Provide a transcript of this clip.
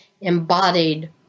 embodied